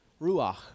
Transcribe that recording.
ruach